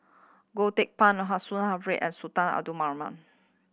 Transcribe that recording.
Goh Teck Phuan and Sultan Abdul Rahman